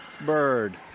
bird